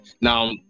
Now